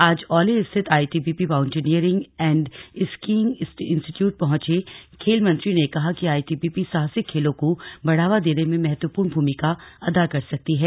आज औली स्थित ITBP mountaineering and ski institute पहुंचे खेल मंत्री ने कहा कि आईटीबीपी साहसिक खेलों को बढ़ावा देने में महत्वपूर्ण भूमिका अदा कर सकती है